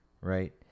right